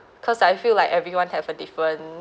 cause I feel like everyone have a different